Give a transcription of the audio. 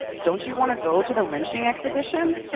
don't you wanna go to the lynching exhibition?